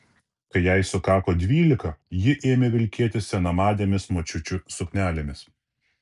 kai jai sukako dvylika ji ėmė vilkėti senamadėmis močiučių suknelėmis